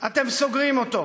אתם סוגרים אותו.